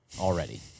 Already